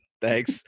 Thanks